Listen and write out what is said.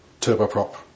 turboprop